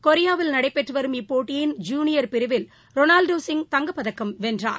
கொரியாவில் நடைபெற்று வரும் இப்போட்டியின் ஜூனியர் பிரிவில் ரொனால்டோ சிங் தங்கப்பதக்கம் வென்றார்